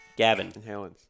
Gavin